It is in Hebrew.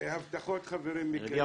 הבטחות, חברים, מקיימים.